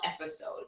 episode